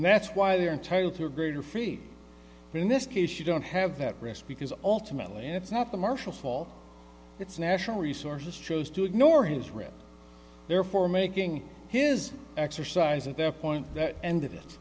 that's why they're entitled to a greater freedom in this case you don't have that risk because ultimately it's not commercial fall it's national resources chose to ignore his red therefore making his exercise at that point that end